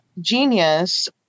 Genius